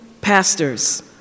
pastors